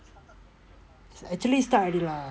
actually start already lah